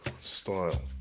style